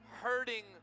hurting